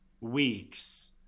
weeks